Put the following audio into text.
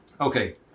okay